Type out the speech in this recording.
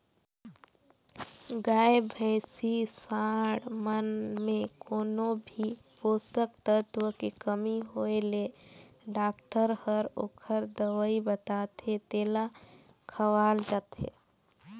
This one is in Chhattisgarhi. गाय, भइसी, सांड मन में कोनो भी पोषक तत्व के कमी होय ले डॉक्टर हर ओखर दवई बताथे तेला खवाल जाथे